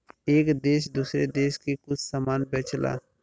एक देस दूसरे देस के कुछ समान बेचला